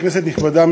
כנסת נכבדה,